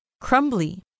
crumbly